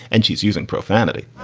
and she's using profanity